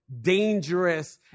dangerous